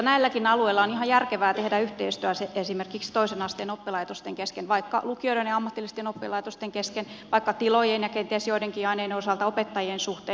näilläkin alueilla on ihan järkevää tehdä yhteistyötä esimerkiksi toisen asteen oppilaitosten kesken vaikkapa lukioiden ja ammatillisten oppilaitosten kesken taikka tilojen ja kenties joidenkin aineiden osalta opettajien suhteen